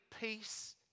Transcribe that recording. peace